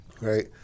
Right